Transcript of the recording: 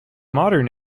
modern